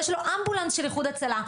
שיש לו אמבולנס של איחוד הצלה,